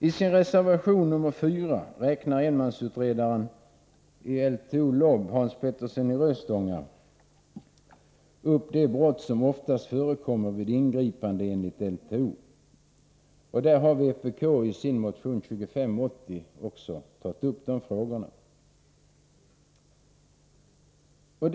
I sin reservation nr 4 räknar enmansutredaren i LTO/LOB-utredningen, Hans Petersson i Röstånga, upp de brott som oftast förekommer vid ingripanden enligt LTO. De frågorna har också vpk tagit upp i motion 2580.